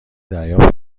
دریافت